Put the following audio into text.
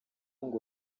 ngo